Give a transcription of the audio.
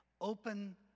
open